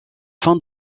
fin